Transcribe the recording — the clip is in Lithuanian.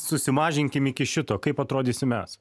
susimažinkim iki šito kaip atrodysim mes